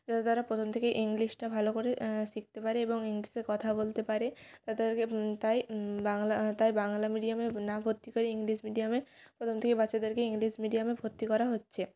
যাতে তারা প্রথম থকেই ইংলিশটা ভালো করে শিখতে পারে এবং ইংলিশে কথা বলতে পারে তাতে তাদেরকে তাই বাংলা তাই বাংলা মিডিয়ামে না ভর্তি করে ইংলিশ মিডিয়ামে প্রথম থেকেই বাচ্চাদেরকে ইংলিশ মিডিয়ামে ভর্তি করা হচ্ছে